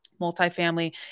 multifamily